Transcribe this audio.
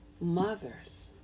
mothers